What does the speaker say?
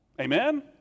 Amen